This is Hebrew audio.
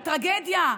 על טרגדיה,